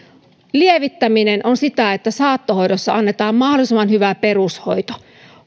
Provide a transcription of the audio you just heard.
lievittäminen on sitä että saattohoidossa annetaan mahdollisimman hyvä perushoito